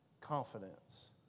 confidence